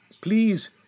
Please